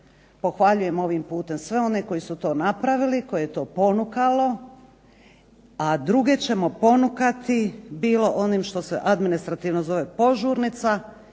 pohvaljujem ovim putem sve one koji su to napravili, koje je to ponukalo, a druge ćemo ponukati bilo onim što se administrativno zove požurnica